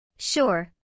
Sure